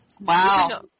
Wow